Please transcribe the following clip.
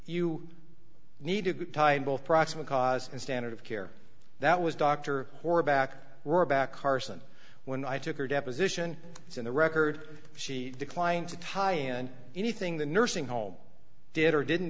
you need a good time both proximate cause and standard of care that was doctor or a back row back carson when i took her deposition in the record she declined to tie in anything the nursing home did or didn't